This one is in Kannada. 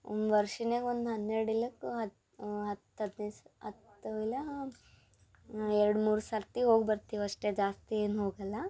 ಒಂದು ವರ್ಷಿನ್ಯಾಗ ಒಂದು ಹನ್ನೆರಡು ಇಲ್ಲ ಹತ್ತು ಹತ್ತು ಹದಿನೈದು ಸ ಹತ್ತು ಇಲ್ಲ ಎರಡು ಮೂರು ಸರ್ತಿ ಹೋಗಿ ಬರ್ತೀವಿ ಅಷ್ಟೇ ಜಾಸ್ತಿ ಏನೂ ಹೋಗಲ್ಲ